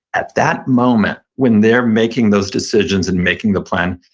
at that moment when they're making those decisions and making the plan,